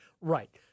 Right